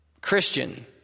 Christian